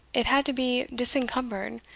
it had to be disencumbered,